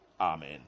Amen